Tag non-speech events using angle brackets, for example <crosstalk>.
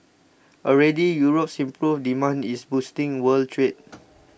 already Europe's improved demand is boosting world trade <noise>